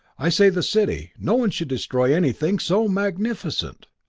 i say the city. no one should destroy anything so magnificent.